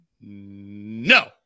No